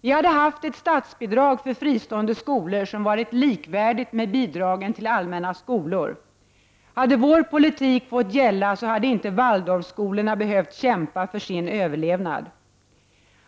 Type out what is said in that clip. Vi hade haft ett statsbidrag för fristående skolor som hade varit likvärdigt med bidraget till allmänna skolor. Hade vår politik fått gälla, hade inte Waldorfskolorna behövt kämpa för sin överlevnad.